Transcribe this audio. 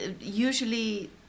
usually